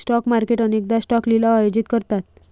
stock market अनेकदा stock लिलाव आयोजित करतात